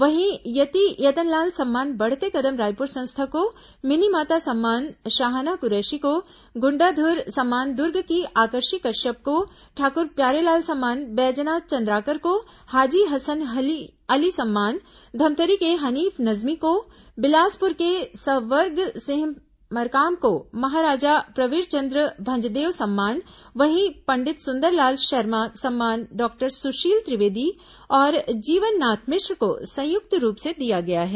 वहीं यति यतनलाल सम्मान बढ़ते कदम रायपुर संस्था को मिनीमाता सम्मान शहाना कुरैशी को गुण्डाधूर सम्मान दूर्ग की आकर्षी कश्यप को ठाकुर प्यारेलाल सम्मान बैजनाथ चंद्राकर को हाजी हसन अली सम्मान धमतरी के हनीफ नजमी को बिलासपुर के सवर्ग सिंह मरकाम को महाराजा प्रवीरचंद्र भंजदेव सम्मान वहीं पंडित सुंदरलाल शर्मा सम्मान डॉक्टर सुशील त्रिवेदी और जीवननाथ मिश्र को संयुक्त रूप से दिया गया है